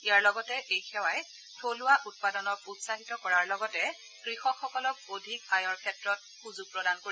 ইয়াৰ লগতে এই সেৱাই থলুৱা উৎপাদনক উৎসাহিত কৰাৰ লগতে কৃষকসকলক অধিক আয়ৰ ক্ষেত্ৰত সুযোগ প্ৰদান কৰিব